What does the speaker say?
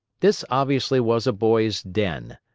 this obviously was a boy's den.